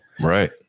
Right